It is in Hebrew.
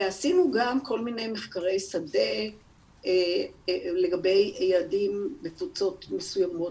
ועשינו גם כל מיני מחקרי שדה לגבי ילדים בקבוצות מסוימות,